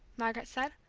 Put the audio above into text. margaret said.